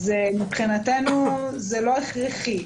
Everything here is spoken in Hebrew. מבחינתנו זה לא הכרחי.